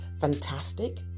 fantastic